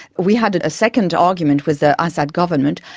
we had a second argument with the assad government,